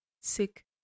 sick